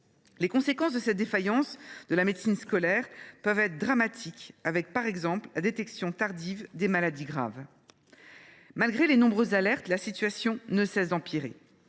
Les conséquences de cette défaillance de la médecine scolaire peuvent être dramatiques. La détection tardive de maladies graves en est un exemple. Malgré les nombreuses alertes, la situation ne cesse d’empirer.